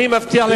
אני מבטיח לך,